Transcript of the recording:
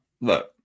Look